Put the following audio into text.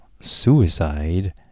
suicide